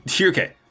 Okay